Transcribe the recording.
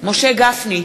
משה גפני,